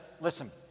listen